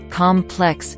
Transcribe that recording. complex